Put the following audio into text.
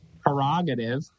prerogative